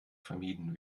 vermieden